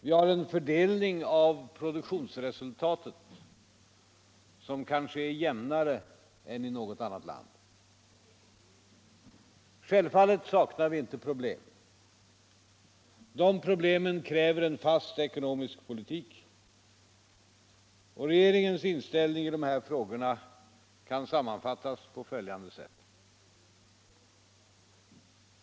Vi har en fördelning av produktionsresultatet som kanske är jämnare än i något annat land. Självfallet saknar vi inte problem. De problemen kräver en fast ekonomisk politik. Regeringens inställning i de frågorna kan sammanfattas på följande sätt.